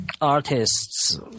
artists